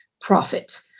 profit